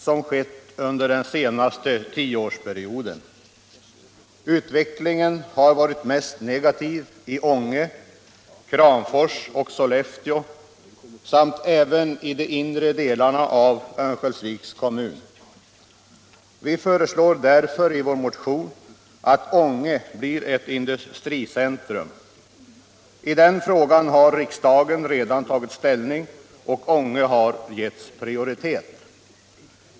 Torsdagen den Vi föreslår därför i vår motion att Ånge blir ett industricentrum. I 16 december 1976 den frågan har riksdagen redan tagit ställning, och Ånge har getts prioritet.